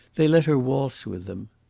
they let her waltz with them.